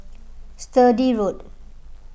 Sturdee Road